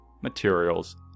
materials